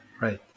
right